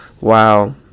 wow